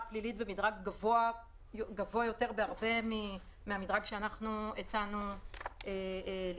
פלילית במדרג גבוה יותר בהרבה מהמדרג שאנחנו הצענו לקבוע.